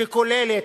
כוללת,